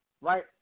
Right